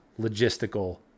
logistical